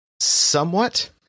somewhat